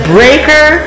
Breaker